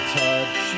touch